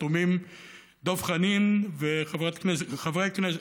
חתומים חברי הכנסת